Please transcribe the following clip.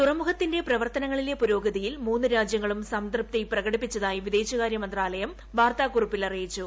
തുറമുഖത്തിന്റെ പ്രവർത്തനങ്ങളിലെ പുരോഗതിയിൽ മൂന്നു രാജ്യങ്ങളും സംതൃപ്തി പ്രകടിപ്പിച്ചതായി വിദേശകാരൃമന്ത്രാലയം വാർത്താക്കുറിപ്പിൽ അറിയിച്ചു